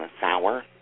sour